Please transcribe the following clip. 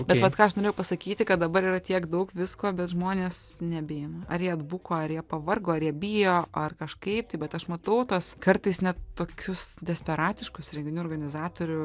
bet vat ką aš norėjau pasakyti kad dabar yra tiek daug visko bet žmonės nebeeina ar jie atbuko ar jie pavargo ar jie bijo ar kažkaip tai bet aš matau tas kartais net tokius desperatiškus renginių organizatorių